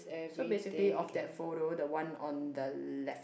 so basically of that photo the one on the left